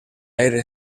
aire